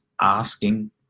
asking